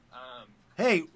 Hey